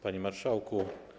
Panie Marszałku!